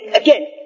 Again